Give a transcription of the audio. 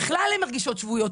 בכלל הן מרגישות שבויות,